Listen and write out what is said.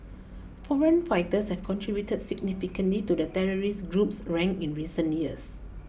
foreign fighters have contributed significantly to the terrorist group's ranks in recent years